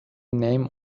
name